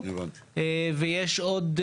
ויש עוד,